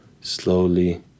slowly